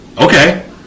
Okay